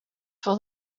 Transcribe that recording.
for